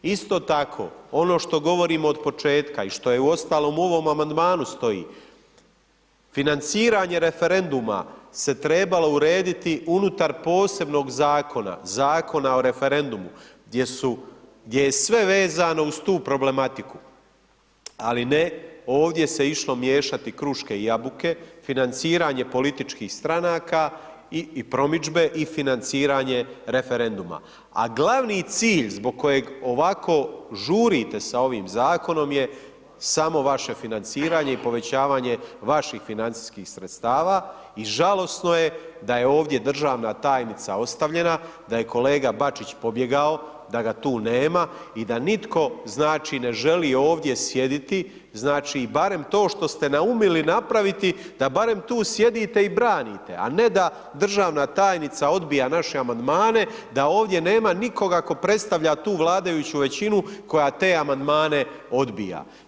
Isto tako, ono što govorimo od početka i što je uostalom u ovom amandmanu stoji, financiranje referenduma se trebalo urediti unutar posebnog zakona, Zakona o referendumu gdje je sve vezano uz tu problematiku, ali ne, ovdje se išlo miješati kruške i jabuke, financiranje političkih stranka i promidžbe i financiranje referenduma, a glavni cilj zbog kojeg ovako žurite sa ovim zakonom je samo vaše financiranje i povećavanje vaših financijskih sredstava i žalosno je da je ovdje državna tajnica ostavljena, da je kolega Bačić pobjegao, da ga tu nema i da nitko, znači, ne želi ovdje sjediti, znači, i barem to što ste naumili napraviti da barem tu sjedite i branite, a ne da državna tajnica odbija naše amandmane, da ovdje nema nikoga tko predstavlja tu vladajuću većinu koja te amandmane odbija.